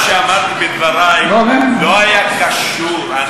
שאמרתי בדברי לא היה קשור.